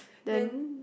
then